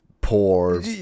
poor